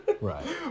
right